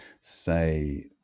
say